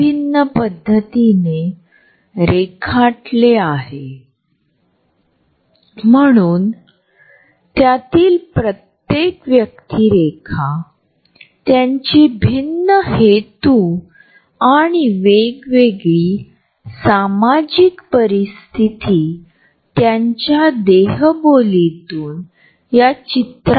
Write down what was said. एखाद्या गटामध्ये किंवा समुहामध्ये आपण इतर लोकांप्रती असलेला आपला दृष्टीकोन देखील कोणत्या गटाच्या सदस्यासह आम्ही अधिक आरामदायक आहोत हे प्रदर्शित करतो